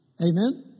Amen